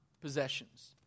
possessions